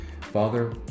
Father